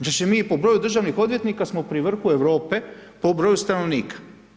Znači mi po broju državnih odvjetnika smo pri vrhu Europe po broju stanovnika.